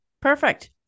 Perfect